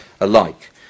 alike